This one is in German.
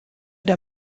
der